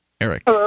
Eric